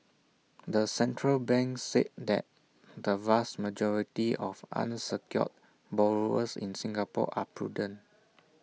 the central bank said that the vast majority of unsecured borrowers in Singapore are prudent